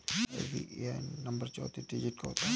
IBAN number चौतीस digit का होता है